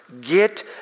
get